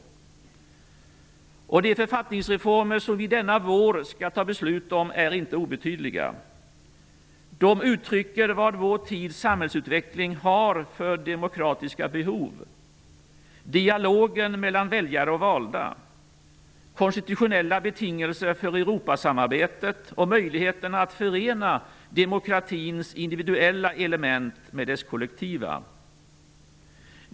De författningsreformer som vi denna vår skall fatta beslut om är inte obetydliga. De uttrycker vad vår tids samhällsutveckling har för demokratiska behov -- dialogen mellan väljare och valda. Det gäller konstitutionella betingelser för Europasamarbetet och möjligheterna att förena demokratins individuella element med dess kollektiva.